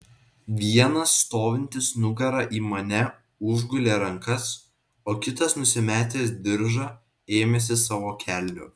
vienas stovintis nugara į mane užgulė rankas o kitas nusimetęs diržą ėmėsi savo kelnių